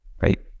Right